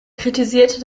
kritisierte